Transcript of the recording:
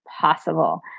possible